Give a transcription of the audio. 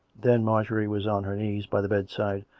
then marjorie was on her knees by the bedside,